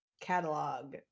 catalog